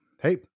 Hey